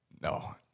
no